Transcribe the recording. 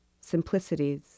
simplicities